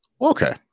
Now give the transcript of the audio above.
Okay